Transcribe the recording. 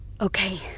Okay